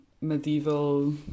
medieval